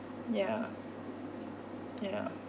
ya ya